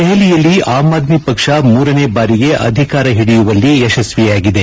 ದೆಹಲಿಯಲ್ಲಿ ಆಮ್ ಆದ್ಡಿ ಪಕ್ಷ ಮೂರನೇ ಬಾರಿಗೆ ಅಧಿಕಾರ ಹಿಡಿಯುವಲ್ಲಿ ಯಶಸ್ವಿಯಾಗಿದೆ